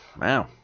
Wow